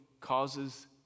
causes